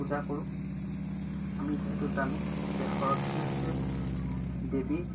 পূজা কৰোঁ আমি যিহেতু জানো যে সৰস্বতী হৈছে দেৱী